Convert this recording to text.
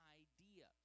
idea